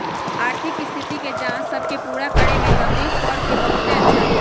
आर्थिक स्थिति के जांच सब के पूरा करे में द बिग फोर के बहुत अच्छा हई